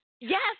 Yes